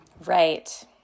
Right